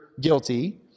guilty